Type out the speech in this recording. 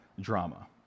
drama